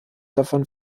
davon